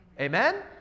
Amen